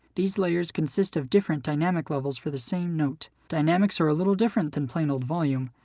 these layers consist of different dynamic levels for the same note. dynamics are a little different than plain old volume.